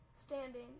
standing